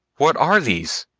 what are these?